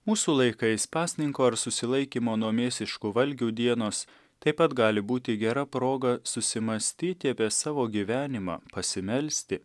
mūsų laikais pasninko ir susilaikymo nuo mėsiškų valgių dienos taip pat gali būti gera proga susimąstyti apie savo gyvenimą pasimelsti